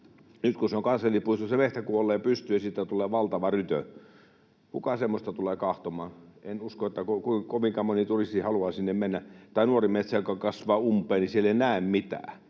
Nyt, kun se on kansallispuisto, se metsä kuolee pystyyn ja siitä tulee valtava rytö. Kuka semmoista tulee katsomaan? En usko, että kovinkaan moni turisti haluaa sinne mennä. Tai nuoressa metsässä, joka kasvaa umpeen, ei näe mitään,